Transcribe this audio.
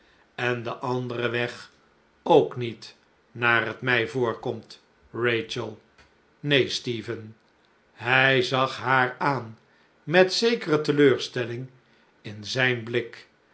en den anderen weg ook niet naar het mij voorkomt rachel neen stephen hij zag haar aan met zekere teleurstelling in zijn blik